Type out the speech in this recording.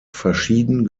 verschieden